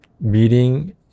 meeting